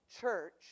church